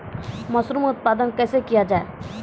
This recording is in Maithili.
मसरूम उत्पादन कैसे किया जाय?